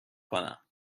کنم